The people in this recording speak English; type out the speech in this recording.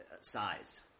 size